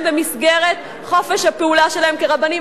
במסגרת חופש הפעולה שלהם כרבנים.